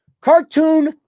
Cartoon